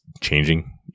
changing